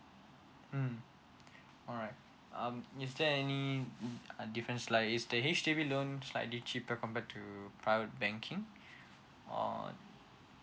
mm alright um is there any um difference like the H_D_B loan is slightly cheaper compared to private banking or